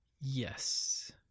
Yes